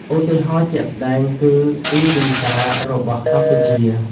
ឧទាហរណ៍ជាក់ស្តែងគឺ (eVisa) របស់កម្ពុជា។